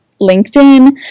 LinkedIn